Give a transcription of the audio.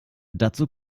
dazu